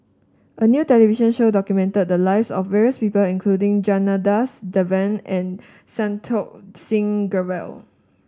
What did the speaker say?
a new television show documented the lives of various people including Janadas Devan and Santokh Singh Grewal